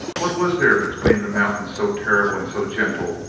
what was there between the mountains so terrible and so gentle,